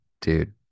dude